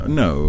no